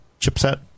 chipset